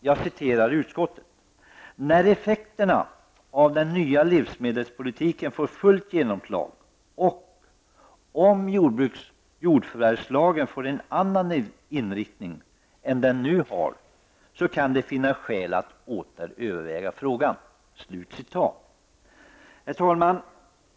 Jag citerar utskottet: ''När effekterna av den nya livsmedelspolitiken får fullt genomslag och om jordförvärvslagen -- får en annan inriktning än den nu har, kan det finnas skäl att åter överväga frågan --''. Herr talman!